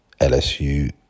LSU